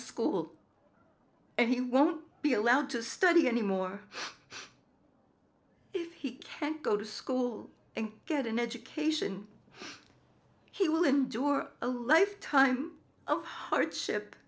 school and he won't be allowed to study anymore if he can't go to school and get an education he will endure a life time oh hardship